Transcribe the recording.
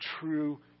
true